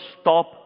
stop